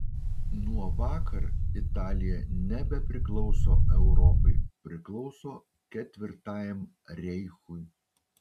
nuo vakar italija nebepriklauso europai priklauso ketvirtajam reichui